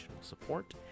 support